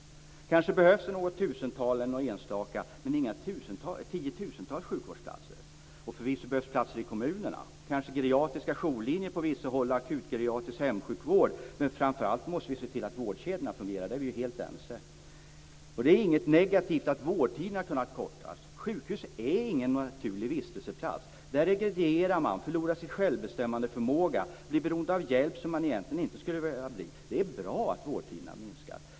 Kanske behövs det något tusental - men inga tiotusental! - sjukvårdsplatser. Och förvisso behövs det platser i kommunerna, kanske geriatriska jourlinjer på vissa håll och akutgeriatrisk hemsjukvård. Men framför allt måste vi se till att vårdkedjorna fungerar - på den punkten är vi helt ense. Det är inget negativt att vårdtiderna har kunnat kortas. Sjukhus är ingen naturlig vistelseplats. Där regredierar man, förlorar sin självbestämmandeförmåga, blir beroende av hjälp som man egentligen inte skulle behöva bli beroende av. Det är bra att vårdtiderna har minskat.